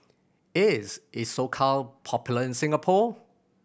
is Isocal popular in Singapore